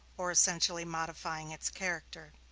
or essentially modifying its character.